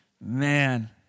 Man